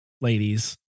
Ladies